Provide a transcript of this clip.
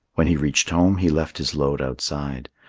when he reached home, he left his load outside.